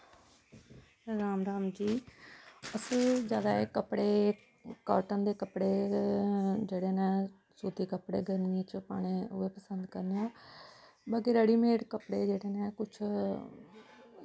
राम राम जी असें जादा कपड़े काटन दे कपड़े जेह्ड़े न सूती कपड़े गर्मियें च पाने उ'ऐ पसंद करने आं बाकी रडी मेड कपड़े जेह्ड़े न कुछ